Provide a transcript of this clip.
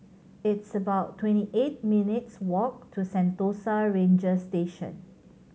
it's about twenty eight minutes' walk to Sentosa Ranger Station